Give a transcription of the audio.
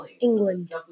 England